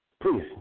please